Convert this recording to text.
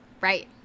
Right